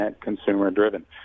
consumer-driven